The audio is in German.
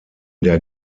der